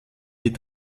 die